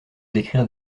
d’écrire